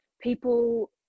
people